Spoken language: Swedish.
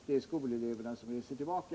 Det är skoleleverna som reser tillbaka.